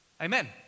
Amen